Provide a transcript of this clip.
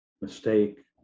mistake